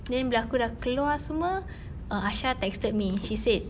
then bila aku sudah keluar semua err aisha texted me she said